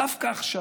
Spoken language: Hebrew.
דווקא עכשיו,